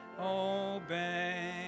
obey